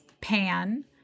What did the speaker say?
pan